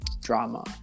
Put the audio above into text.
drama